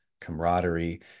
camaraderie